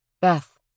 Beth